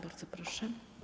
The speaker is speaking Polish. Bardzo proszę.